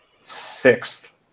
sixth